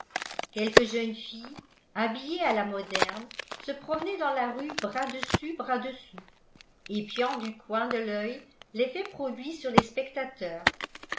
quelques jeunes filles habillées à la moderne se promenaient dans la rue bras dessus bras dessous épiant du coin de l'œil l'effet produit sur les spectateurs